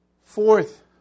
fourth